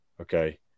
Okay